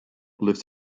lives